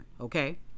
okay